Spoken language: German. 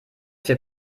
für